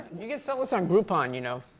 you can sell this on groupon, you know.